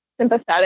sympathetic